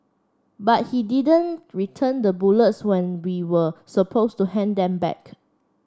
but he didn't return the bullets when we were supposed to hand them back